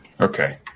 Okay